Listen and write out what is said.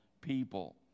people